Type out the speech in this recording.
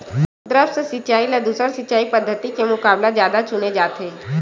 द्रप्स सिंचाई ला दूसर सिंचाई पद्धिति के मुकाबला जादा चुने जाथे